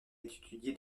étudiée